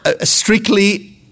strictly